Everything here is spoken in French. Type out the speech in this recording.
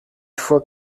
fois